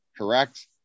correct